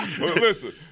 Listen